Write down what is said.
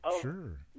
Sure